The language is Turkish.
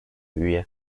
üye